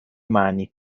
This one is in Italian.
mani